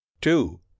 two